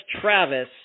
Travis